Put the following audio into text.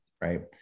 right